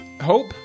Hope